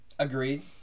Agreed